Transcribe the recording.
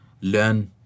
learn